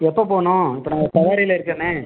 எப்போ போகணும் இப்போ நான் சவாரியில இருக்கேனே